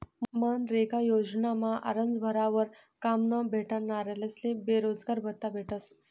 मनरेगा योजनामा आरजं भरावर काम न भेटनारस्ले बेरोजगारभत्त्ता भेटस